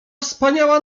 wspaniała